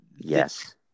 Yes